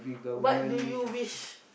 what do you wish